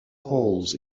holes